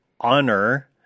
honor